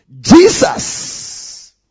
Jesus